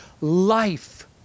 life